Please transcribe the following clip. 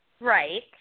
Right